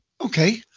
Okay